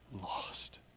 lost